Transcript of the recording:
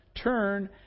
turn